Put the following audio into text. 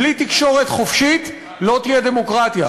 בלי תקשורת חופשית לא תהיה דמוקרטיה,